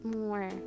more